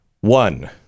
one